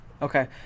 Okay